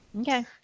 okay